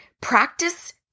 practice